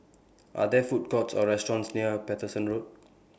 Are There Food Courts Or restaurants near Paterson Road